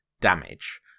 damage